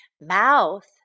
mouth